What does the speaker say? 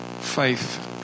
faith